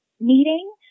meeting